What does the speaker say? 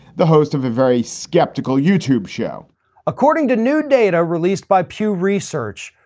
the host of a very skeptical youtube show according to new data released by pew research,